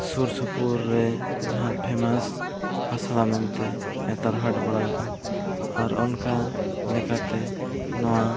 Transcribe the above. ᱥᱩᱨᱼᱥᱩᱯᱩᱨ ᱨᱮ ᱡᱟᱦᱟᱸ ᱟᱥᱲᱟ ᱢᱮᱱᱛᱮ ᱱᱮᱛᱟᱨ ᱦᱟᱴ ᱵᱟᱲᱟᱭᱚᱜᱼᱟ ᱟᱨ ᱚᱱᱠᱟ ᱞᱮᱠᱟᱛᱮ ᱱᱚᱣᱟ